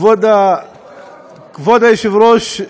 כבוד היושב-ראש,